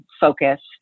focused